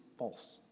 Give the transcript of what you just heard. False